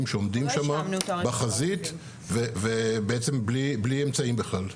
שעומדים שם בחזית ובעצם בלי אמצעים בכלל.